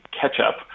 catch-up